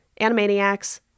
animaniacs